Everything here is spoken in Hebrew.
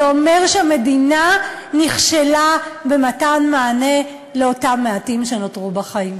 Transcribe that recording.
זה אומר שהמדינה נכשלה במתן מענה לאותם מעטים שנותרו בחיים.